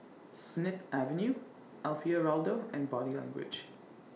Snip Avenue Alfio Raldo and Body Language